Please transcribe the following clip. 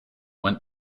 went